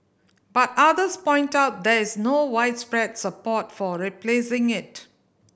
but others point out there is no widespread support for replacing it